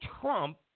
Trump